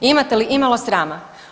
Imate li imalo srama?